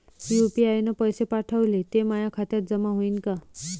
UPI न पैसे पाठवले, ते माया खात्यात जमा होईन का?